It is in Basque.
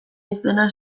izena